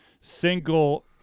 single